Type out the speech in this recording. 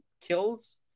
Kills